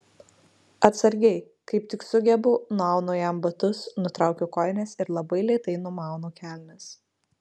atsargiai kaip tik sugebu nuaunu jam batus nutraukiu kojines ir labai lėtai numaunu kelnes